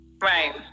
right